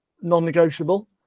non-negotiable